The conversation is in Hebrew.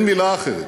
אין מילה אחרת,